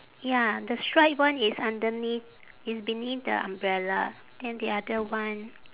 ya the stripe one is underneath it's beneath the umbrella then the other one